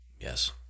Yes